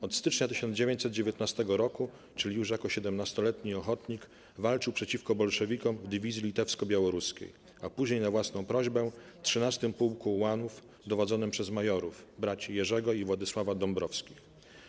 Od stycznia 1919 roku, czyli już jako siedemnastoletni ochotnik, walczył przeciwko bolszewikom w Dywizji Litewsko-Białoruskiej, a później na własną prośbę - w 13. pułku ułanów, dowodzonym przez majorów - braci Jerzego i Władysława Dąmbrowskich.